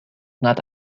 not